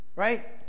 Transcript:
Right